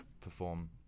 perform